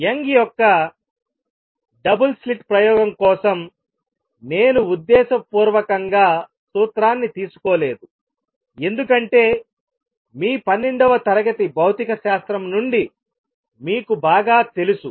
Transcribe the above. young యొక్క double slit ప్రయోగం కోసం నేను ఉద్దేశపూర్వకంగా సూత్రాన్ని తీసుకోలేదు ఎందుకంటే మీ పన్నెండవ తరగతి భౌతికశాస్త్రం నుండి మీకు బాగా తెలుసు